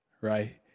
right